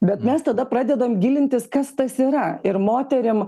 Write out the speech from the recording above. bet mes tada pradedam gilintis kas tas yra ir moterim